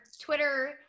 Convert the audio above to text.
Twitter